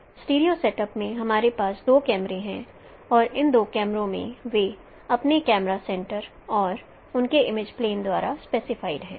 stereo setup में हमारे पास दो कैमरे हैं और इस दो कैमरों में वे अपने कैमरा सेंटर और उनके इमेज प्लेन द्वारा स्पेसिफाइड हैं